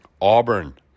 Auburn